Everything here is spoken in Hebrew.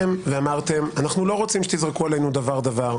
פניתם ואמרתם שאתם לא רוצים שתזרקו עלינו דבר-דבר,